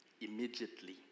Immediately